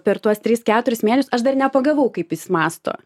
per tuos tris keturis mėnesius aš dar nepagavau kaip jis mąsto